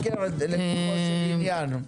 בבקשה, קרן, לגופו של עניין.